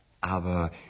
Aber